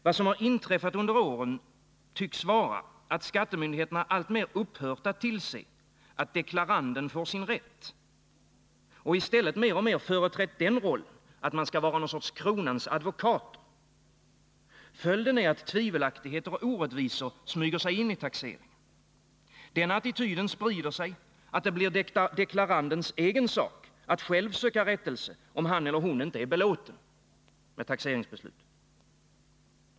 Vad som har inträffat under åren tycks vara att skattemyndigheterna alltmer upphört att tillse att deklaranten får sin rätt och i stället mer och mer företrätt den rollen att man skall vara någon sorts kronans advokat. Följden är att tvivelaktigheter och orättvisor smyger sig in i taxeringen. Den attityden sprider sig att det blir deklarantens egen sak att söka rättelse om han eller hon inte är belåten med taxeringsbeslutet.